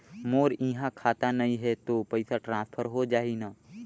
मोर इहां खाता नहीं है तो पइसा ट्रांसफर हो जाही न?